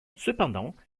cependant